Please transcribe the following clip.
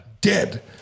Dead